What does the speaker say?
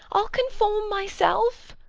i'll conform myself.